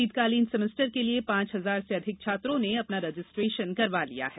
शीतकालीन सेमेस्टर के लिए पांच हजार से अधिक छात्रों ने अपना रजिस्ट्रेशन करवा लिया है